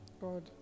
God